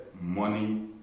money